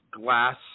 glass